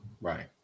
Right